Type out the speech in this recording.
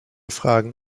fragen